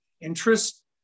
interest